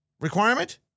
requirement